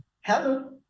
Hello